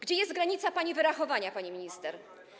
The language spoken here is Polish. Gdzie jest granica pani wyrachowania, pani minister?